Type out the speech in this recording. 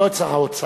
לא את שר האוצר.